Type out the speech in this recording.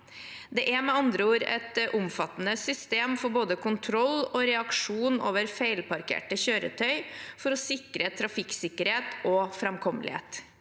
ord et omfattende system for både kontroll og reaksjon ved feilparkerte kjøretøy for å sikre trafikksikkerhet og framkommelighet.